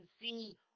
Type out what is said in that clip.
see